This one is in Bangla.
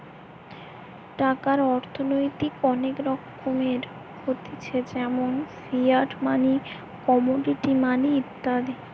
টাকার অর্থনৈতিক অনেক রকমের হতিছে যেমন ফিয়াট মানি, কমোডিটি মানি ইত্যাদি